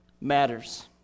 matters